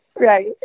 Right